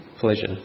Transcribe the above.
pleasure